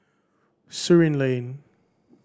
Surin Lane